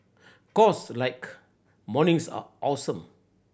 cause like mornings are awesome